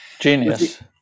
Genius